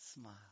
smile